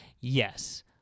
Yes